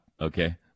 okay